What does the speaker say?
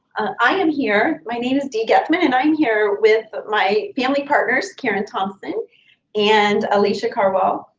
i am here, my name is dee gethmann, and i am here with my family partners, karen thompson and alicia karwal,